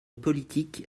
politique